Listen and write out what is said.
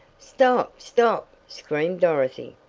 stop! stop! screamed dorothy,